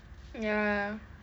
ya